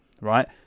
right